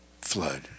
Flood